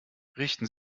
richten